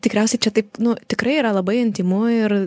tikriausiai čia taip nu tikrai yra labai intymu ir